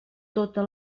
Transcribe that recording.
tota